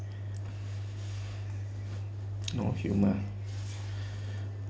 no humor